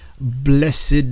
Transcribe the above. blessed